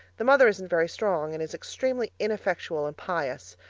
the mother isn't very strong and is extremely ineffectual and pious.